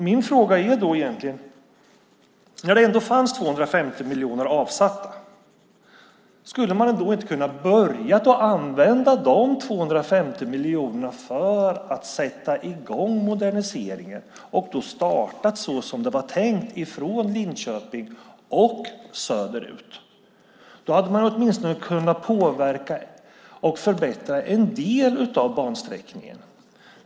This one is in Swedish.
Min fråga är: När det ändå fanns 250 miljoner avsatta, skulle man inte ha kunnat börja använda dessa 250 miljoner för att sätta i gång moderniseringen och startat som det var tänkt från Linköping och söderut? Då hade man åtminstone kunnat förbättra en del av bansträckningen.